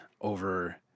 over